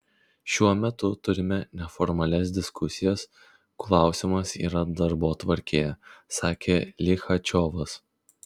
šiuo metu turime neformalias diskusijas klausimas yra darbotvarkėje sakė lichačiovas